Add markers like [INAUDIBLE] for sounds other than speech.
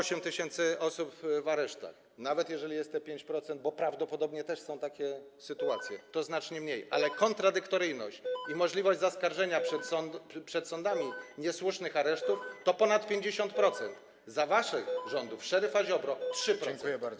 8 tys. osób w aresztach, nawet jeżeli będzie to 5%, bo prawdopodobnie też są takie sytuacje, [NOISE] to znacznie mniej, ale kontradyktoryjność i możliwość zaskarżenia przed sądami niesłusznych aresztów to ponad 50%, za waszych rządów, szeryfa Ziobry - 3%.